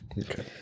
Okay